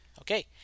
Okay